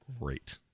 great